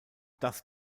das